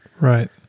Right